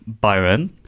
Byron